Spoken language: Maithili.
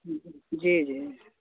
जी जी